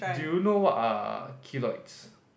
do you know what are keloids